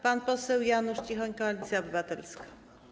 Pan poseł Janusz Cichoń, Koalicja Obywatelska.